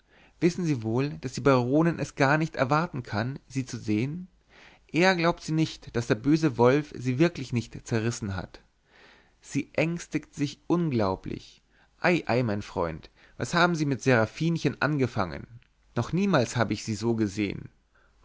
wissen sie wohl daß die baronin es gar nicht erwarten kann sie zu sehen eher glaubt sie nicht daß der böse wolf sie wirklich nicht zerrissen hat sie ängstigt sich unglaublich ei ei mein freund was haben sie mit seraphinchen angefangen noch niemals habe ich sie so gesehen